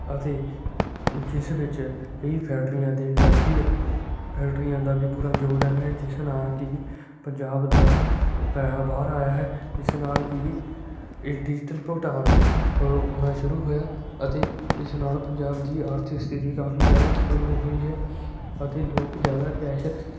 ਅਤੇ ਜਿਸ ਵਿੱਚ ਕਈ ਫੈਕਟਰੀਆਂ ਅਤੇ ਇੰਡਸਟਰੀਅਲ ਫੈਕਟਰੀਆਂ ਦਾ ਵੀ ਪੂਰਾ ਯੋਗਦਾਨ ਹੈ ਜਿਸ ਨਾਲ ਕਿ ਪੰਜਾਬ ਦਾ ਪੈਸਾ ਬਾਹਰ ਆਇਆ ਹੈ ਜਿਸ ਨਾਲ ਕਿ ਇਹ ਡਿਜ਼ੀਟਲ ਭੁਗਤਾਨ ਹੋ ਹੋਣਾ ਸ਼ੁਰੂ ਹੋਇਆ ਅਤੇ ਇਸ ਨਾਲ ਪੰਜਾਬ ਦੀ ਆਰਥਿਕ ਸਥਿਤੀ ਕਾਫੀ ਜ਼ਿਆਦਾ ਇੰਪਰੂਵ ਹੋਈ ਹੈ ਅਤੇ ਲੋਕ ਜ਼ਿਆਦਾ ਕੈਸ਼